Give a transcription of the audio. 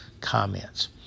comments